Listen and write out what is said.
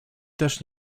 też